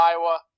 Iowa